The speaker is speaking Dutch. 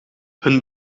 hun